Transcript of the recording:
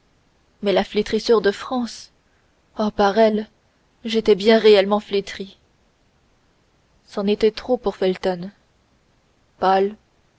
mais la flétrissure de france oh par elle j'étais bien réellement flétrie c'en était trop pour felton